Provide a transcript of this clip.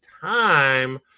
time